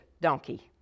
donkey